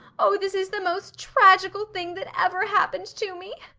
oh, this is the most tragical thing that ever happened to me!